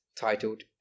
titled